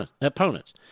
opponents